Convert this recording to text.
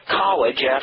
college